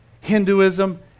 Hinduism